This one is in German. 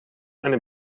eine